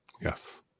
Yes